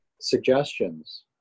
suggestions